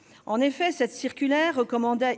mis fin à cette polémique :« Il est recommandé